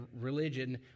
religion